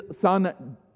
son